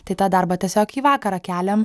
tai tą darbą tiesiog į vakarą keliam